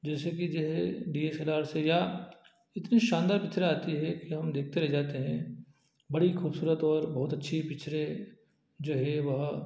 जैसे कि J D S L R से या इतनी शानदार पिक्चरें आती हैं कि हम देखते रह जाते हैं बड़ी खूबसूरत और बहुत अच्छी पिक्चरें जो है वह